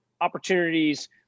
opportunities